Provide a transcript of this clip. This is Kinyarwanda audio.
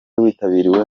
witabiriwe